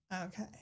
Okay